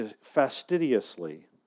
fastidiously